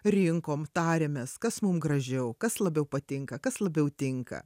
rinkom tarėmės kas mum gražiau kas labiau patinka kas labiau tinka